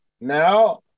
Now